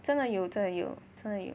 真的有真的有真的有